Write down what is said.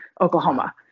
Oklahoma